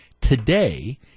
Today